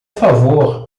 favor